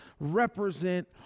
represent